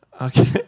Okay